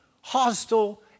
hostile